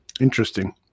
Interesting